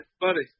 buddy